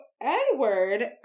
edward